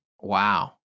Wow